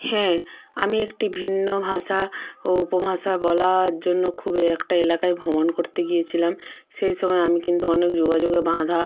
হ্যাঁ আমি একটি ভিন্ন ভাষা ও উপভাষা বলার জন্য খুব একটা এলাকায় ভ্রমণ করতে গিয়েছিলাম সেই সময় আমি কিন্তু অনেক যোগাযোগে বাঁধা